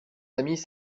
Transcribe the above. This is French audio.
amis